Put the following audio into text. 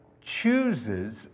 chooses